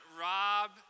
Rob